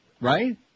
Right